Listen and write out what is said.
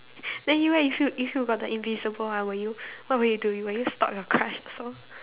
then you eh if you if you got the invisible ah will you what would you do will you stalk your crush also